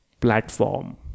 platform